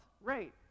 right